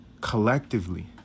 collectively